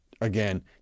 Again